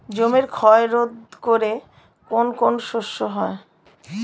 জমির ক্ষয় রোধ করে কোন কোন শস্য?